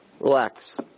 Relax